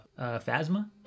phasma